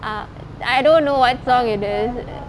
ah I don't know what song it is